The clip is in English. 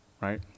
right